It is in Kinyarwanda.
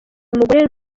umugore